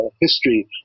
History